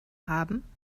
haben